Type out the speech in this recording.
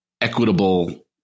equitable